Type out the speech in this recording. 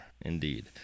Indeed